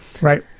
Right